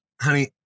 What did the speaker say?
Honey